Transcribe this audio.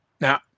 Now